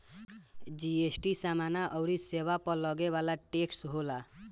GST समाना अउरी सेवा पअ लगे वाला टेक्स होला